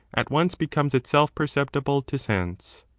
at once becomes itself per ceptible to sense?